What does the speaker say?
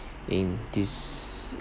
in this